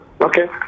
Okay